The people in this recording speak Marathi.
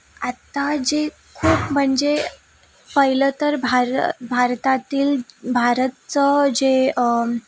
आत्ता जे खूप म्हणजे पहिलं तर भार भारतातील भारताचं जे